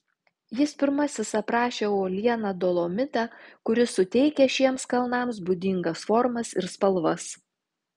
jis pirmasis aprašė uolieną dolomitą kuris suteikia šiems kalnams būdingas formas ir spalvas